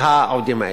לעובדים האלה.